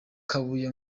kabuye